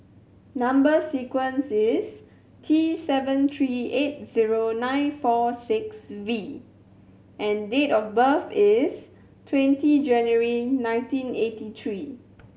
number sequence is T seven three eight zero nine four six V and date of birth is twenty January nineteen eighty three